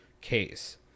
case